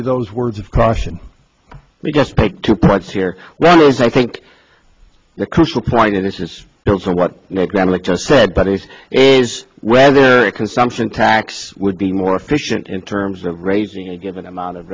you those words of caution you just take two points here well i think the crucial point in this is what you said bodies is whether a consumption tax would be more efficient in terms of raising a given amount of